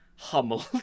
Hummel